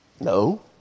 No